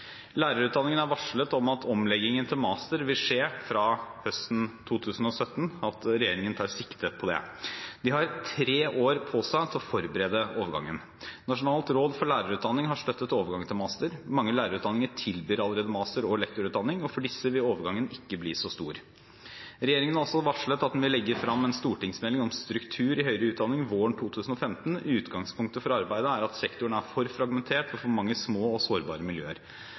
varslet om at omleggingen til master vil skje fra høsten 2017, at regjeringen tar sikte på det. De har tre år på seg til å forberede overgangen. Nasjonalt råd for lærerutdanning har støttet overgangen til master. Mange lærerutdanninger tilbyr allerede master og lektorutdanning, og for disse vil overgangen ikke bli så stor. Regjeringen har også varslet at den vil legge frem en stortingsmelding om struktur i høyere utdanning våren 2015. Utgangspunktet for arbeidet er at sektoren er for fragmentert, med for mange små og sårbare miljøer.